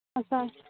ᱟᱥᱟᱲ